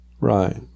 right